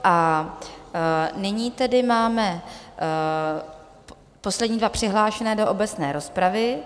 A nyní tedy máme poslední dva přihlášené do obecné rozpravy.